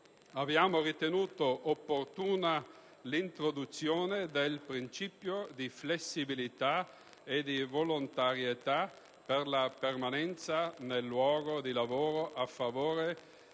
Abbiamo ritenuto opportuna l'introduzione del principio di flessibilità e di volontarietà per la permanenza nel luogo di lavoro a favore